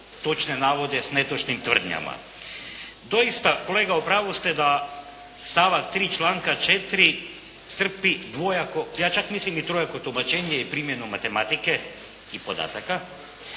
točne navode s netočnim tvrdnjama. Doista kolega u pravu ste da stavak 3. članka 4. trpi dvojako, ja čak mislim i trojako tumačenje i primjenu matematike i podataka